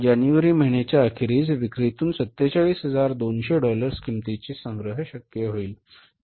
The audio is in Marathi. जानेवारी महिन्याच्या अखेरीस विक्रीतून 47200 डॉलर्स किमतीचे संग्रह शक्य होईल